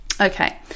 Okay